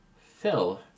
Phil